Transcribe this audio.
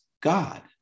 god